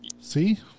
See